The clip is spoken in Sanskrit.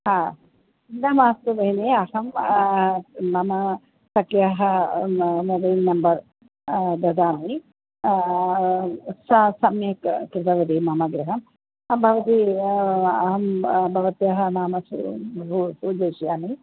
हा चिन्ता मास्तु भगिनी अहं मम सख्याः मोबैल् नम्बर् ददामि सा सम्यक् कृतवती मम गृहं भवती अहं भवत्याः नाम सूचयिष्यामि